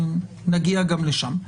נגיע גם לשם.